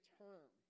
term